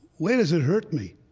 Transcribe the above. where does it hurt me?